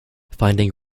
finding